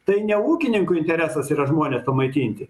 tai ne ūkininkų interesas yra žmones pamaitinti